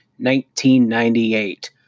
1998